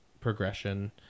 progression